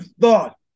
thought